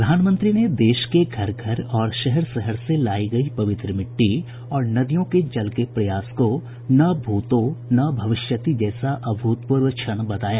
प्रधानमंत्री ने देश के घर घर और शहर शहर से लाई गई पवित्र मिट्टी और नदियों के जल के प्रयास को न भूतो न भविष्यति जैसा अभूतपूर्व क्षण बताया